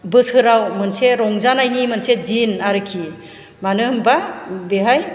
बोसोराव मोनसे रंजानायनि मोनसे दिन आरखि मानो होमब्ला बेहाय